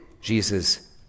Jesus